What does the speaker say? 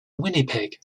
winnipeg